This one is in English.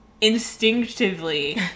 instinctively